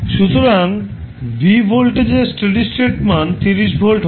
সুতরাং v ভোল্টেজের steady state মান 30 ভোল্ট হবে